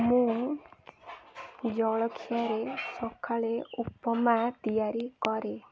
ମୁଁ ଜଳଖିଆରେ ସକାଳେ ଉପମା ତିଆରି କରେ